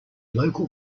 local